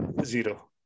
Zero